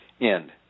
end